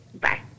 Bye